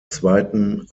zweiten